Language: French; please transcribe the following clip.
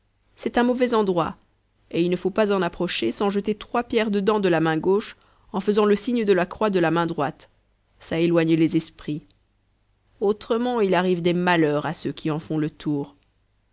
c'est un mauvais endroit et il ne faut pas en approcher sans jeter trois pierres dedans de la main gauche en faisant le signe de la croix de la main droite ça éloigne les esprits autrement il arrive des malheurs à ceux qui en font le tour